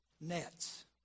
nets